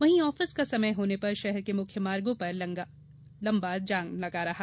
वहीं आफिस का समय होने पर शहर के मुख्य मार्गो पर लम्बा जाम लगा रहा